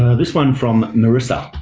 ah this one from marissa.